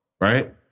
right